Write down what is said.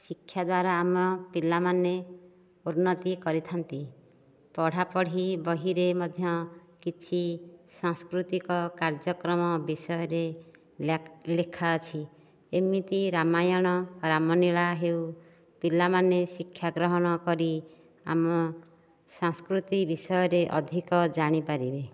ଶିକ୍ଷା ଦ୍ୱାରା ଆମ ପିଲାମାନେ ଉନ୍ନତି କରିଥାନ୍ତି ପଢ଼ାପଢ଼ି ବହିରେ ମଧ୍ୟ କିଛି ସାଂସ୍କୃତିକ କାର୍ଯ୍ୟକ୍ରମ ବିଷୟରେ ଲେଖା ଅଛି ଯେମିତି ରାମାୟଣ ରାମଲୀଳା ହେଉ ପିଲାମାନେ ଶିକ୍ଷା ଗ୍ରହଣ କରି ଆମ ସଂସ୍କୃତି ବିଷୟରେ ଅଧିକ ଜାଣି ପାରିବେ